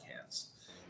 hands